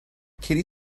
katie